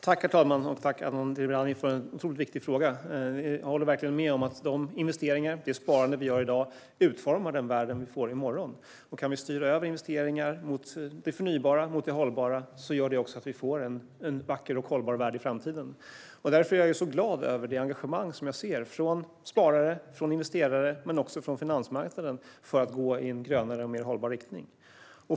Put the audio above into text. Herr talman! Jag tackar Adnan Dibrani för en viktig fråga. Jag håller med om att de investeringar och det sparande vi gör i dag utformar den värld vi får i morgon. Kan vi styra över investeringar till det förnybara och hållbara får vi en vacker och hållbar värld i framtiden. Jag är därför glad över det engagemang jag ser från sparare, investerare och finansmarknaden för att gå i en grönare och mer hållbar riktning.